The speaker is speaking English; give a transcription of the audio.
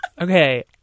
Okay